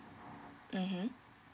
mmhmm